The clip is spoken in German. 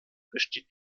besteht